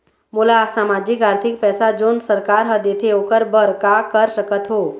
मोला सामाजिक आरथिक पैसा जोन सरकार हर देथे ओकर बर का कर सकत हो?